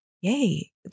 yay